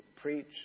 preach